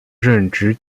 任职